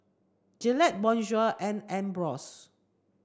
Gillette Bonjour and Ambros